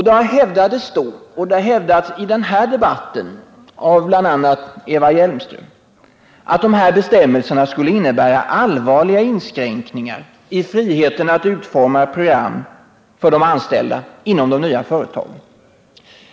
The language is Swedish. Det har hävdats i denna debatt bl.a. av Eva Hjelmström att dessa bestämmelser skulle innebära allvarliga inskränkningar i friheten att utforma programmen för de anställda i de nya företagen.